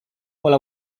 pola